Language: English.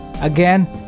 Again